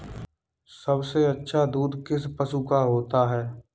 सबसे अच्छा दूध किस पशु का होता है?